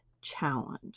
challenge